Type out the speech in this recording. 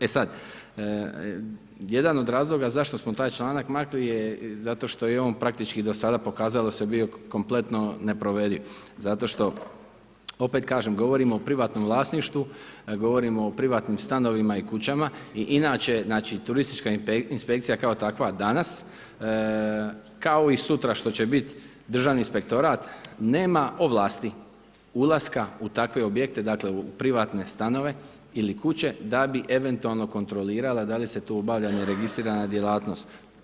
E sad, jedna od razloga zašto smo taj članak maknuli, zato što je on praktički do sad pokazao da je bio kompletno neprovediv, zato što opet kažem, govorimo o privatnom vlasništvu, govorimo o privatnim stanovima i kućama i inače turistička inspekcija kao takva danas kao i sutra što će biti Državni inspektorat nema ovlasti ulaska u takve objekte dakle u privatne stanove ili kuće da bi eventualno kontrolirala da li se tu obavlja neregistrirana djelatnost.